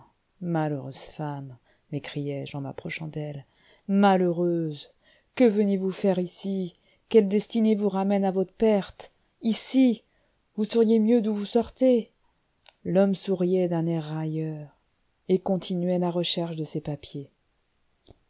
malheureuse femme m'écriai-je en m'approchant d'elle malheureuse que venez-vous faire ici quelle destinée vous ramène à votre perte ici vous seriez mieux d'où vous sortez l'homme souriait d'un air railleur et continuait la recherche de ses papiers